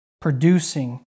producing